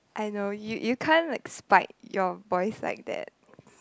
I know you you can't like spike your voice like that